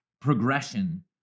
progression